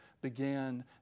began